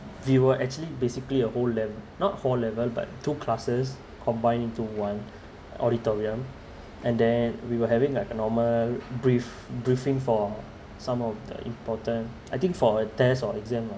we were basically a whole lev~ not whole level but two classes combined into one auditorium and then we were having like a normal brief~ briefing for some of the important I think for a test or exam